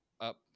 up